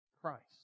Christ